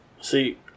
See